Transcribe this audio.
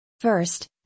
First